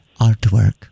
Artwork